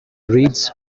reads